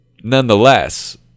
Nonetheless